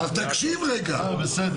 (היו"ר עידית סילמן,